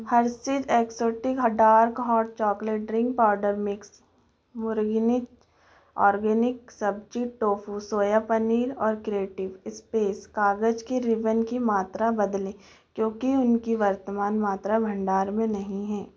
Hershey's exotic dark hot chocolate drink powder mix मुरगिनिज organic सब्ज़ी tofu soya paneer और creative space कागज़ के रिबन की मात्रा बदलें क्योंकि उनकी वर्तमान मात्रा भंडार में नहीं है